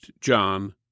John